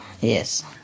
yes